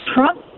Trump